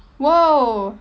!whoa!